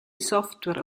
software